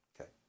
Okay